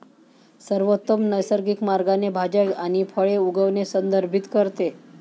सर्वोत्तम नैसर्गिक मार्गाने भाज्या आणि फळे उगवणे संदर्भित करते